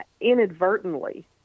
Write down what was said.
inadvertently